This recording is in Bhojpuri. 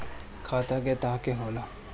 खाता क तरह के होला?